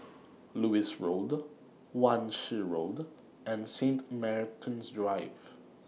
Lewis Road Wan Shih Road and Saint Martin's Drive